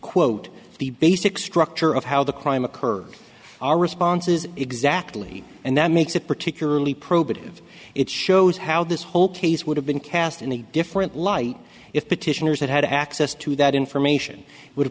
quote the basic structure of how the crime occurred our responses exactly and that makes it particularly probative it shows how this whole case would have been cast in a different light if petitioners had had access to that information would